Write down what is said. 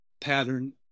pattern